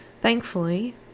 Thankfully